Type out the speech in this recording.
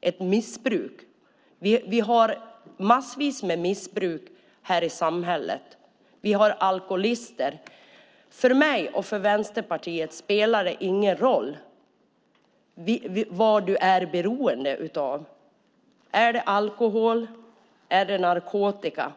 ett missbruk. Det finns massvis med missbruk i samhället. Det finns alkoholister. För mig och för Vänsterpartiet spelar det ingen roll vad du är beroende av: alkohol eller narkotika.